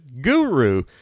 Guru